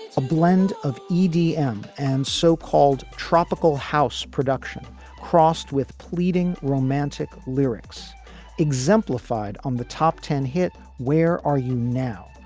a blend of idm and so-called tropical house production crossed with pleading romantic lyrics exemplified on the top ten hit. where are you now?